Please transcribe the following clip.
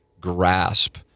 grasp